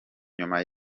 nyuma